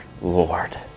Lord